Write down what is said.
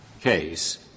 case